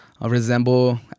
resemble